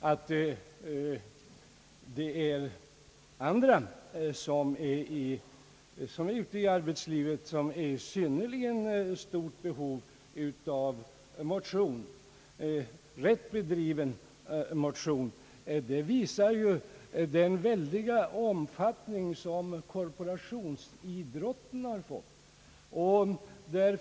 Att andra ute i arbetslivet har ett synnerligen stort behov av rätt bedriven motion visar ju den väldiga omfattning som korporationsidrotten har fått.